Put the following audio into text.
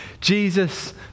Jesus